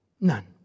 None